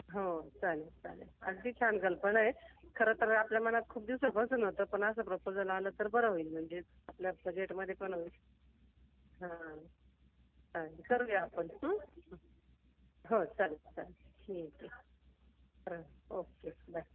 हो चालेल चालेल अगदी छान कल्पना आहे खरं तर आपल्या मनात खूप दिवसांपासून होतं पण असं प्रपोजल आलं तर बरं होईल म्हणजेच आपल्या बजेटमधे पण होईल हां चालेल करूया आपण हं हं हो चालेल चालेल ठीक आहे हां ओक्के बाय